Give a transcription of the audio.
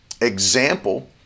example